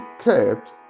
kept